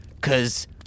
Cause